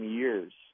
years